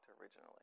originally